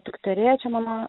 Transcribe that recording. dukterėčia mano